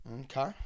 okay